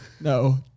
No